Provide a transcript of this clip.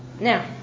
Now